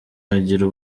agira